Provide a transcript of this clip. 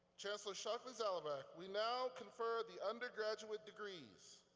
chancellor shockley-zalabak, we now confer the undergraduate degrees.